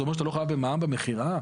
זה אומר שאתה לא חייב במע"מ במכירה?